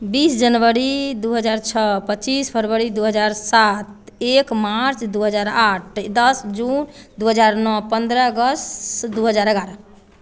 बीस जनबरी दू हजार छओ पच्चीस फरबरी दू हजार सात एक मार्च दू हजार आठ दस जुन दू हजार नओ पन्द्रह अगस्त दू हजार एगारह